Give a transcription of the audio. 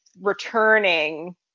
returning